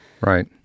Right